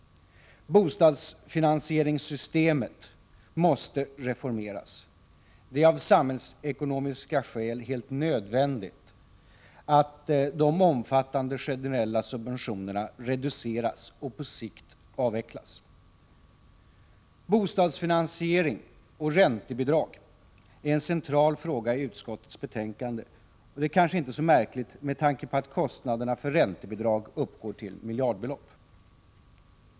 Bostadsfinansieringssystemet måste reformeras. Det är av samhällsekonomiska skäl helt nödvändigt att de omfattande generella subventionerna reduceras och på sikt avvecklas. Bostadsfinansiering och räntebidrag är en central fråga i utskottets betänkande, och det är kanske inte så märkligt med tanke på att kostnaderna för räntebidrag uppgår till miljardbelopp.